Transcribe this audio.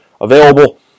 available